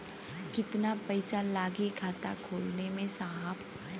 कितना पइसा लागि खाता खोले में साहब?